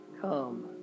come